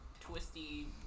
twisty